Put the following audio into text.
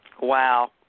Wow